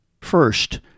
First